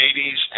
80s